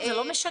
זה לא משגעים.